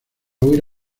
huir